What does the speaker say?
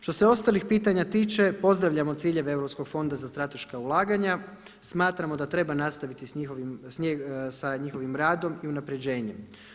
Što se ostalih pitanja tiče pozdravljamo ciljeve Europskog fonda za strateška ulaganja, smatramo da treba nastaviti sa njihovim radom i unapređenjem.